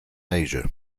asia